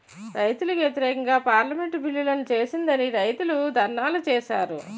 రైతులకు వ్యతిరేకంగా పార్లమెంటు బిల్లులను చేసిందని రైతులు ధర్నాలు చేశారు